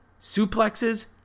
suplexes